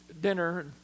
dinner